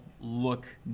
look